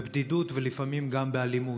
בבדידות ולפעמים גם באלימות.